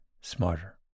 smarter